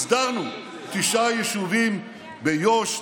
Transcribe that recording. הסדרנו תשעה יישובים ביו"ש,